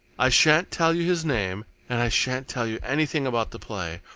i shan't tell you his name and i shan't tell you anything about the play,